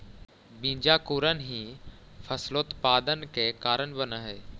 बीजांकुरण ही फसलोत्पादन के कारण बनऽ हइ